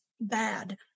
bad